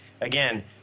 again